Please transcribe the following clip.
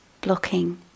blocking